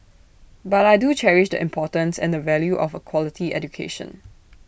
but I do cherish the importance and the value of A quality education